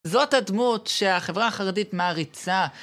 זאת הדמות שהחברה החרדית מעריצה.